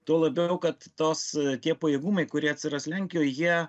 tuo labiau kad tos tie pajėgumai kurie atsiras lenkijoj jie